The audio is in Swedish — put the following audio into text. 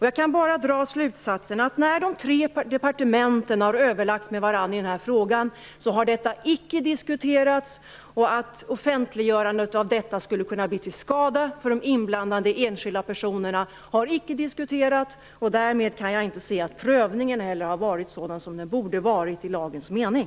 Jag kan bara dra slutsatsen att när de tre departementen har överlagt med varandra i den här frågan har detta icke diskuterats. Att offentliggörandet av detta skulle kunna bli till skada för de inblandade enskilda personerna har icke diskuterats. Därmed kan jag inte se att prövningen heller har varit sådan som den borde ha varit i lagens mening.